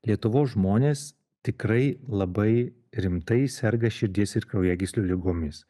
lietuvos žmonės tikrai labai rimtai serga širdies ir kraujagyslių ligomis